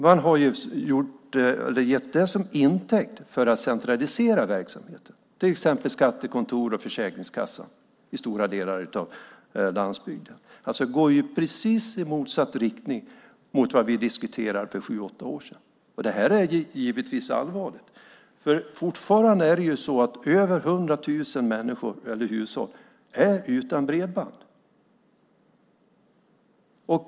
Man har tagit det till intäkt för att centralisera verksamheten, till exempel skattekontor och försäkringskassa, när det gäller stora delar av landsbygden. Det går alltså i precis motsatt riktning mot vad vi diskuterade för sju åtta år sedan. Det här är givetvis allvarligt, för det är fortfarande över 100 000 hushåll som är utan bredband.